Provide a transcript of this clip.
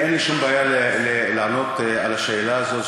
אין לי שום בעיה לענות על השאלה הזאת.